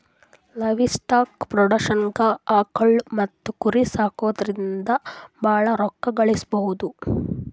livestock ಪ್ರೊಡಕ್ಷನ್ದಾಗ್ ಆಕುಳ್ ಮತ್ತ್ ಕುರಿ ಸಾಕೊದ್ರಿಂದ ಭಾಳ್ ರೋಕ್ಕಾ ಗಳಿಸ್ಬಹುದು